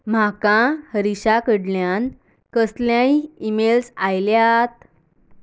म्हाका हरीशा कडल्यान कसलेय ईमेल्स आयल्यात